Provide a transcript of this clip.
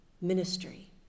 ministry